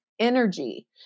energy